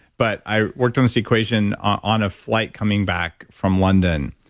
but i worked on this equation on a flight coming back from london.